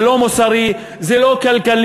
זה לא מוסרי, זה לא כלכלי.